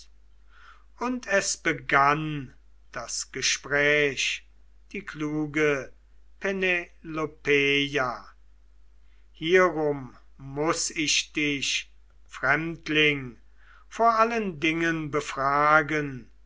und es begann das gespräch die kluge penelopeia hierum muß ich dich fremdling vor allen dingen befragen